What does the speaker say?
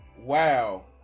wow